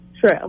True